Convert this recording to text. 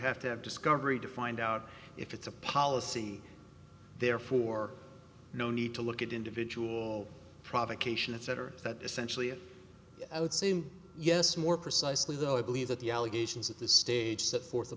have to have discovery to find out if it's a policy therefore no need to look at individual provocation etc that essentially i would seem yes more precisely though i believe that the allegations at this stage set forth a